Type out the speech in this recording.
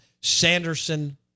Sanderson